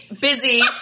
busy